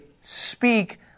speak